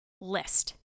list